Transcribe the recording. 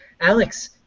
Alex